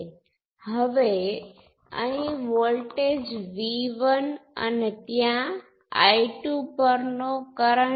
પ્રથમ નજરે ચાલો આ y11 × V1 જોઈએ